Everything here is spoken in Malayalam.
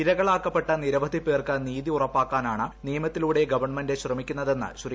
ഇരകളാക്കപ്പെട്ട നിരവധി പേർക്ക് നീതി ഉറപ്പാക്കാനാണ് നിയമത്തിലൂടെ ഗവൺമെന്റ് ശ്രമിക്കുന്നതെന്നും ശ്രീ